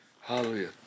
Hallelujah